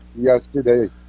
yesterday